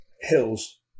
Hills